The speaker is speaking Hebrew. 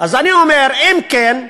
אז אני אומר: אם כן,